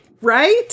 Right